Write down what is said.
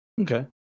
Okay